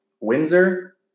Windsor